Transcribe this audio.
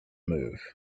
move